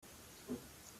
日本